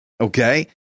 okay